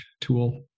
tool